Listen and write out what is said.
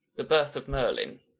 the birth of merlin